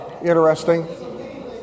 Interesting